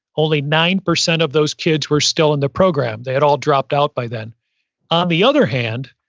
only nine percent of those kids were still in the program. they had all dropped out by then on the other hand,